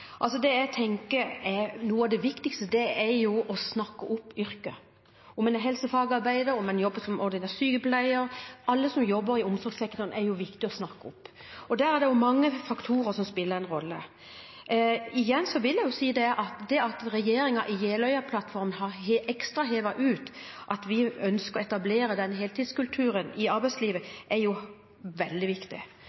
Det jeg tenker, er at noe av det viktigste er å snakke opp yrket. Om en er helsefagarbeider, om en jobber som ordinær sykepleier – alle som jobber i omsorgssektoren, er det viktig å snakke opp. Da er det mange faktorer som spiller en rolle. Igjen vil jeg si at det at regjeringen i Jeløya-plattformen har uthevet ekstra at vi ønsker å etablere en heltidskultur i arbeidslivet,